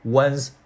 one's